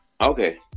Okay